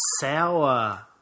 sour